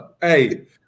hey